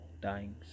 dying